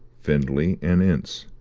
findlay and ince,